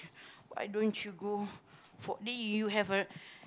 why don't you go for then you have the